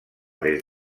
des